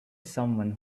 someone